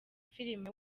filime